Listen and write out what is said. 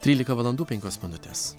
trylika valandų penkios minutės